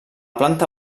planta